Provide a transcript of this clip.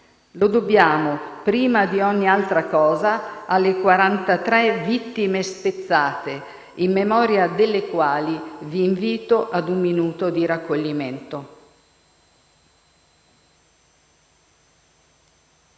Lo dobbiamo, prima di ogni altra cosa, alle 43 vite spezzate, in memoria delle quali vi invito a un minuto di raccoglimento.